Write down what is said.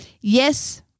Yes